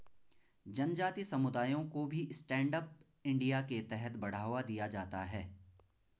जनजाति समुदायों को भी स्टैण्ड अप इंडिया के तहत बढ़ावा दिया जाता है